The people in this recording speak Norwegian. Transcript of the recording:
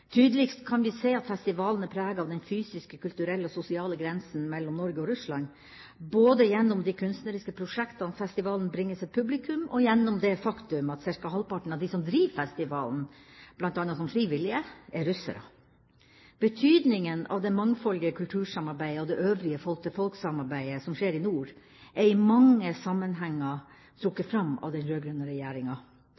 Tydeligst kan vi se at festivalen er preget av den fysiske, kulturelle og sosiale grensen mellom Norge og Russland, både gjennom de kunstneriske prosjektene festivalen bringer sitt publikum, og gjennom det faktum at ca. halvparten av dem som driver festivalen, bl.a. som frivillige, er russere. Betydninga av det mangfoldige kultursamarbeidet og det øvrige folk-til-folk-samarbeidet som skjer i nord, er i mange sammenhenger